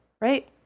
right